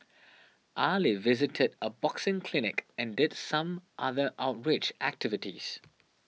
Ali visited a boxing clinic and did some other outreach activities